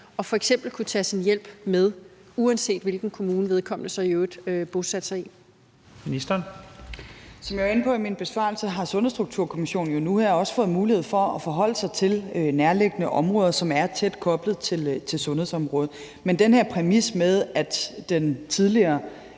Ministeren. Kl. 10:46 Indenrigs- og sundhedsministeren (Sophie Løhde): Som jeg var inde på i min besvarelse, har Sundhedsstrukturkommissionen jo nu her også fået mulighed for at forholde sig til nærliggende områder, som er tæt koblet til sundhedsområdet. Men den her præmis med, at den tidligere